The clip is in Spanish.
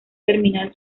terminar